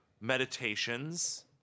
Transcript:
meditations